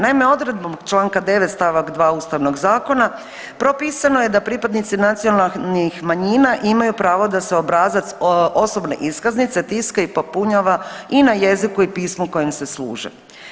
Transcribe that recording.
Naime, odredbom čl. 9. st. 2. ustavnog zakona propisano je da pripadnici nacionalnih manjina imaju pravo da se obrazac osobne iskaznice tiska i popunjava i na jeziku i pismu kojim se služe.